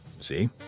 See